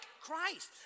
Christ